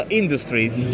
industries